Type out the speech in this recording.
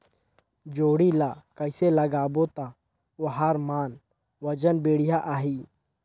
जोणी ला कइसे लगाबो ता ओहार मान वजन बेडिया आही?